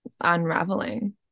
unraveling